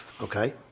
Okay